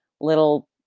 little